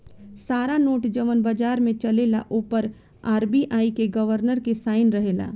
सारा नोट जवन बाजार में चलेला ओ पर आर.बी.आई के गवर्नर के साइन रहेला